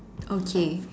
okay